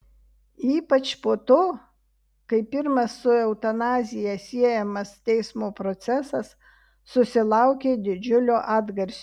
ypač po to kai pirmas su eutanazija siejamas teismo procesas susilaukė didžiulio atgarsio